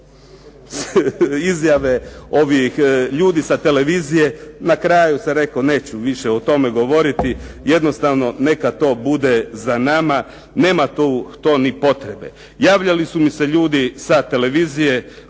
izjave ljudi sa televizije. Na kraju sam rekao neću više o tome govoriti, jednostavno neka to bude za nama, nema to ni potrebe. Javljali su m i se ljudi sa televizije,